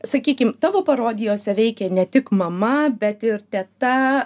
sakykim tavo parodijose veikia ne tik mama bet ir teta